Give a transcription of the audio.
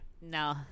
No